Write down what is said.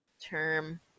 term